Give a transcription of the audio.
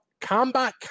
Combat